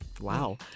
wow